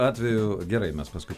atveju gerai mes paskui